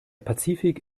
pazifik